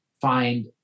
find